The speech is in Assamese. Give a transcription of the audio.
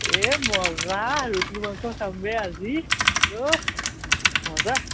এ মজা ৰুটি মাংস খামবে আজি অ'হ মজাহ